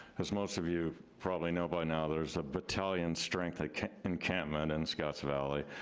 as most of you probably know by now, there's a battalion strength like encampment in scotts valley.